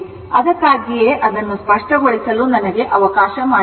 ಅದಕ್ಕಾಗಿಯೇ ಅದನ್ನು ಸ್ಪಷ್ಟಗೊಳಿಸಲು ನನಗೆ ಅವಕಾಶ ಮಾಡಿಕೊಡಿ